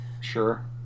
Sure